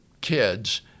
kids